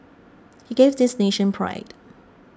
he gave this nation pride